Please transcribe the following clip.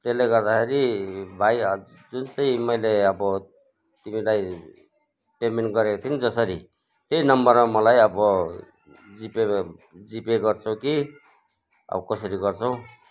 त्यसले गर्दाखेरि भाइ जुन चाहिँ मैले अब तिमीलाई पेमेन्ट गरेको थिएँ नि जसरी त्यही नम्बरमा मलाई अब जिपे जिपे गर्छौ कि अब कसरी गर्छौ